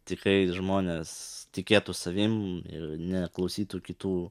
tikrai žmonės tikėtų savim ir neklausytų kitų